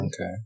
Okay